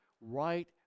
right